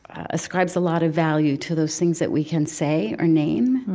ascribes a lot of value to those things that we can say or name.